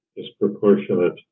disproportionate